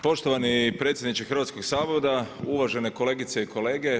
Poštovani predsjedniče Hrvatskog sabora, uvažene kolegice i kolege.